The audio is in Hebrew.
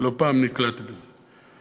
לא פעם נתקלתי בזה.